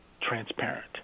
transparent